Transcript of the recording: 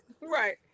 Right